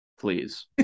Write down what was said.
Please